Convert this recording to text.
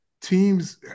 teams